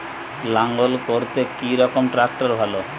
লাঙ্গল করতে কি রকম ট্রাকটার ভালো?